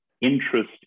interest